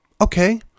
okay